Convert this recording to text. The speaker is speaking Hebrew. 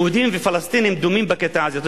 יהודים ופלסטינים דומים בקטע הזה,